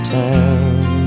town